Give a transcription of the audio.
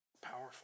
powerful